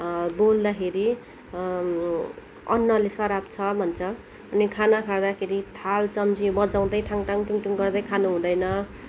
बोल्दाखेरि अन्नले सराप्छ भन्छ अनि खाना खाँदाखेरि थाल चम्ची बजाउँदै ठाङठाङ ठुङठुङ गर्दै खानु हुँदैन